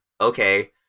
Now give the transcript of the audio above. okay